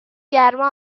گرما